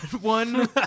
one